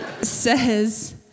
says